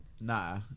Nah